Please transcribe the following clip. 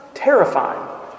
Terrifying